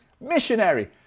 Missionary